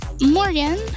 Morgan